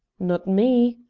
not me,